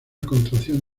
contracción